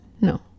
No